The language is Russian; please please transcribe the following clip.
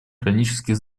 хронических